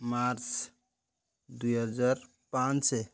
March ଦୁଇହଜାର ପାଞ୍ଚ